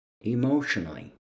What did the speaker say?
emotionally